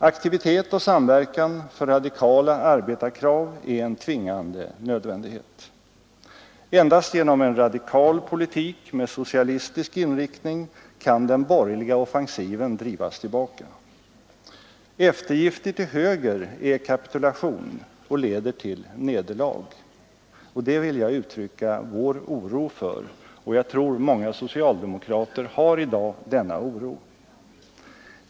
Aktivitet och samverkan för radikala arbetarkrav är en tvingande nödvändighet. Endast genom en radikal politik med socialistisk inriktning kan den borgerliga offensiven drivas tillbaka. Eftergifter till höger är kapitulation och leder till nederlag. Det vill jag uttrycka vår oro för, och jag tror att också många socialdemokrater i dag känner denna oro.